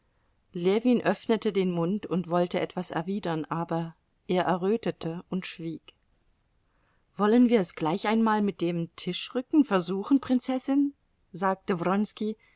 ljewin öffnete den mund und wollte etwas erwidern aber er errötete und schwieg wollen wir es gleich einmal mit dem tischrücken versuchen prinzessin sagte